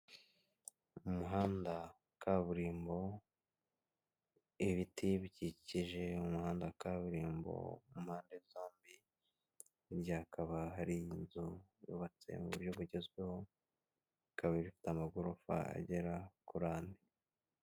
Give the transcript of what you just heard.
Ni umuhanda kaburimbo ibiti bikikije umuhanda wa kaburimbo ku pande zombi hirya hakaba hari inzu yubatse mu buryo bugezweho, ikaba ifite amagorofa agera kuri ane.